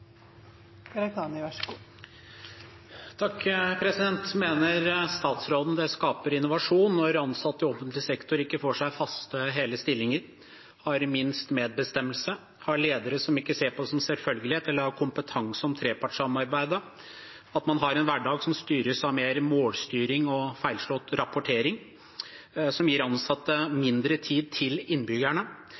skaper innovasjon når ansatte i offentlig sektor ikke får faste hele stillinger, har minst medbestemmelse, har ledere som ikke ser på trepartssamarbeidet som en selvfølgelighet eller har kompetanse om det, at man har en hverdag som styres av mer målstyring og feilslått rapportering, og som gir ansatte mindre tid til innbyggerne,